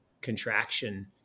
contraction